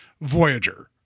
Voyager